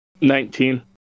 Nineteen